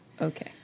Okay